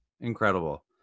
Incredible